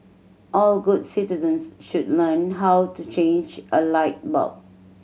all good citizens should learn how to change a light bulb